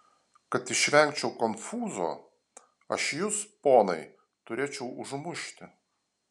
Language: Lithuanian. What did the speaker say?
kad išvengčiau konfūzo aš jus ponai turėčiau užmušti